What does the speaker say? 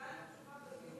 קיבלתי תשובה.